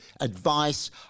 advice